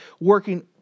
working